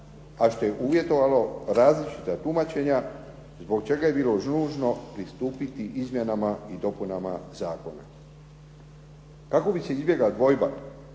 a što je uvjetovalo različita tumačenja zbog čega je bilo nužno pristupiti izmjenama i dopunama zakona. Kako bi se izbjegla dvojba